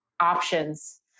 options